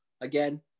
again